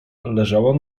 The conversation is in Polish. leżała